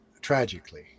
tragically